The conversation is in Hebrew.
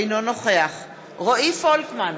אינו נוכח רועי פולקמן,